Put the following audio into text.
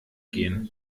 gehen